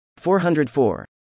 404